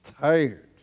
tired